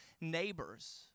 neighbors